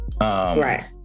Right